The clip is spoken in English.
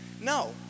No